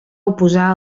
oposar